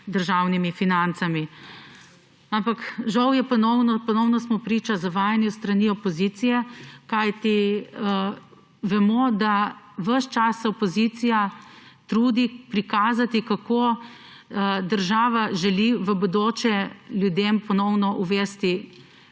državnimi financami. Ampak žal smo ponovno priča zavajanju s strani opozicije, kajti vemo, da se ves čas opozicija trudi prikazati, kako država želi v bodoče ljudem ponovno uvesti